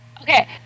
Okay